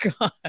God